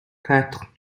quatre